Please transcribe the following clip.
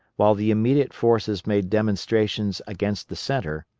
while the intermediate forces made demonstrations against the centre,